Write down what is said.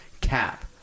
cap